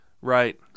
right